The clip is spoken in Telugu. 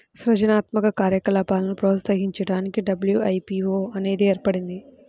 సృజనాత్మక కార్యకలాపాలను ప్రోత్సహించడానికి డబ్ల్యూ.ఐ.పీ.వో అనేది ఏర్పడింది